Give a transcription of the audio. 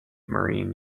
marine